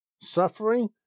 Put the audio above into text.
suffering